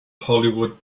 hollywood